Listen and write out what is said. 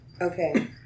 Okay